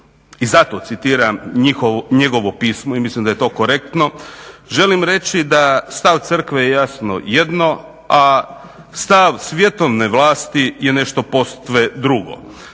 i zato citiram njegovo pismo i mislim da je to korektno želim reći da stav crkve je jasno jedno a stav svjetovne vlasti je nešto posve drugo.